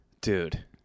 Dude